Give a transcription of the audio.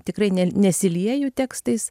tikrai ne nesilieju tekstais